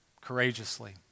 courageously